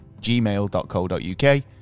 gmail.co.uk